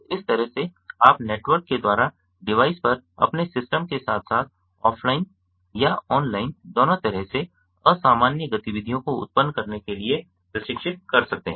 तो इस तरह से आप नेटवर्क के द्वारा डिवाइस पर अपने सिस्टम के साथ साथ ऑफ़लाइन या ऑनलाइन दोनों तरह से असामान्य गतिविधियों को उत्पन्न करने के लिए प्रशिक्षित कर सकते हैं